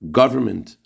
government